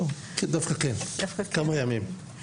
דווקא כן, כמה ימים.